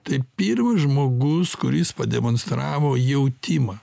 tai pirmas žmogus kuris pademonstravo jautimą